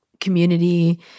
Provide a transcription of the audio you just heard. community